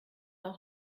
auch